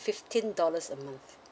fifteen dollars a month